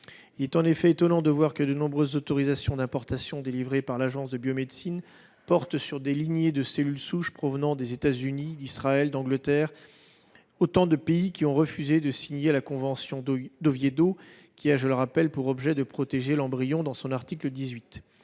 Il est en effet étonnant que de nombreuses autorisations d'importation délivrées par l'Agence de la biomédecine portent sur des lignées de cellules souches provenant des États-Unis, d'Israël, d'Angleterre, autant de pays qui ont refusé de signer la convention d'Oviedo, dont l'article 18 a pour objet, je le rappelle, de protéger